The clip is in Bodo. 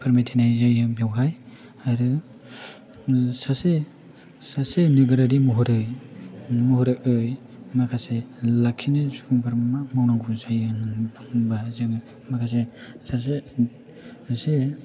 फोरमायथिनाय जायो बेवहाय आरो सासे सासे नोगोरारि महरै माखासे लाखिनो सुबुंफोरा मा मावनांगौ जायो होननानै बुङोबा जोङो माखासे सासे